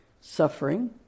suffering